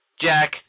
Jack